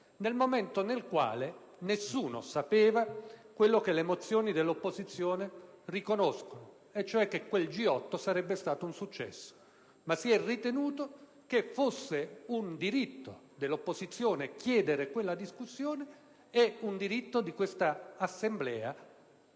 dal momento che nessuno sapeva quello che le mozioni dell'opposizione riconoscono e cioè che quel G8 sarebbe stato un successo. Si è ritenuto, tuttavia, che fosse un dritto dell'opposizione chiedere quella discussione e un diritto di quest'Assemblea